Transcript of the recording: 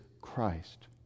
Christ